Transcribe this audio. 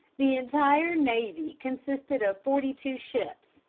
the entire navy consisted of forty-two ships,